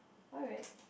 alright